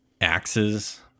axes